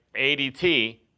ADT